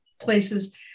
places